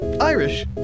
Irish